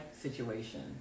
situation